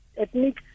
ethnic